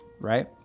right